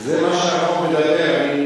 זה מה שהרחוב מדבר.